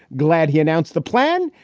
glad he announced the plan.